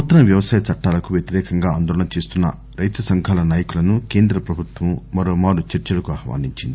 నూతన వ్యవసాయ చట్టాలకు వ్యతిరేకంగా ఆందోళన చేస్తున్న రైతు సంఘాల నాయకులను కేంద్ర ప్రభుత్వం మరో మారు చర్చలకు ఆహ్వానించింది